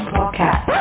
Podcast